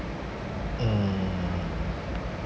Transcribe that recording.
mm